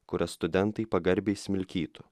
kurias studentai pagarbiai smilkytų